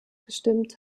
gestimmt